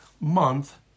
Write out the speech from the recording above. month